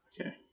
Okay